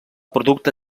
producte